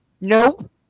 Nope